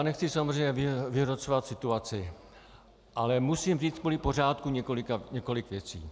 Nechci samozřejmě vyhrocovat situaci, ale musím říct kvůli pořádku několik věcí.